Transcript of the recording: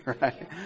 right